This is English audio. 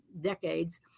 decades